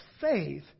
faith